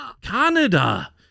Canada